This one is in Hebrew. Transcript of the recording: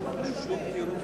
סעיפים 1 12 נתקבלו.